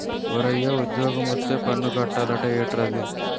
ఓరయ్యా ఉజ్జోగమొత్తే పన్ను కట్టాలట ఏట్రది